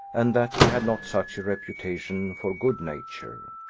and that he had not such a reputation for good-nature.